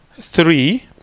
Three